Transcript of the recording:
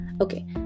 Okay